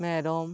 ᱢᱮᱨᱚᱢ